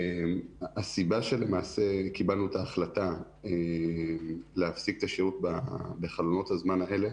הסיבה שלמעשה קיבלנו את ההחלטה להפסיק את השירות בחלונות הזמן האלה